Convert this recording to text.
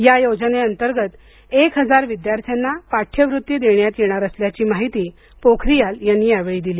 या योजनेअंतर्गत एक हजार विद्यार्थ्यांना पाठ्यवृत्ती देण्यात येणार असल्याची माहिती पोखरीयाल यांनी यावेळी दिली